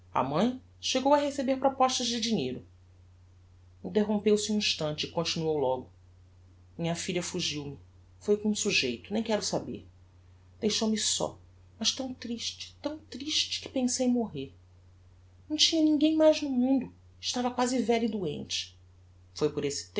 a mãe chegou a receber propostas de dinheiro interrompeu-se um instante e continuou logo minha filha fugiu me foi com um sujeito nem quero saber deixou-me só mas tão triste tão triste que pensei morrer não tinha ninguem mais no mundo e estava quasi velha e doente foi por esse